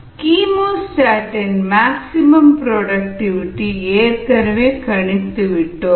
chemostat இன் maximum productivity ஏற்கனவே கணித்து விட்டோம்